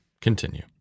Continue